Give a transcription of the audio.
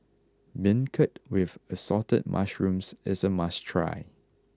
Beancurd with Assorted Mushrooms is a must try